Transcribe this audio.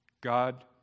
God